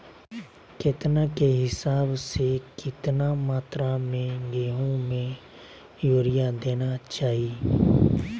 केतना के हिसाब से, कितना मात्रा में गेहूं में यूरिया देना चाही?